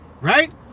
Right